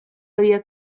había